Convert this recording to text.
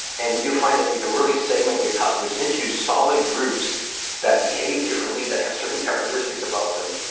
and you'll find that you can really segment your customers into solid groups that behave differently, that have certain characteristics about them.